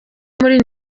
muri